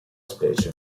specie